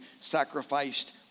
sacrificed